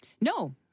No